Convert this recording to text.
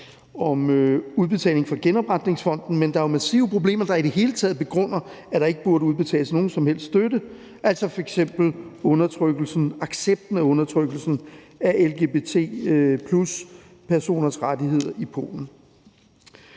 om udbetaling fra genopretningsfonden, men der er jo massive problemer, der i det hele taget begrunder, at der ikke burde udbetales nogen som helst støtte, f.eks. undertrykkelsen og accepten af undertrykkelsen af lgbt+-personers rettigheder i Polen.